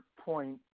point